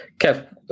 Kev